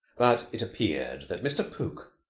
but it appeared that mr. pook,